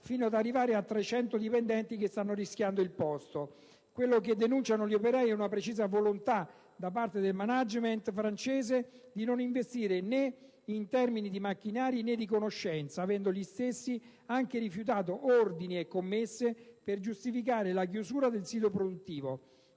fino ad arrivare a 300 dipendenti che stanno rischiando il posto. Quanto denunciano gli operai è una precisa volontà, da parte del *management* francese, di non investire né in termini di macchinari né di conoscenza, avendo gli stessi anche rifiutato ordini e commesse per giustificare la chiusura del sito produttivo.